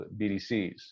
BDCs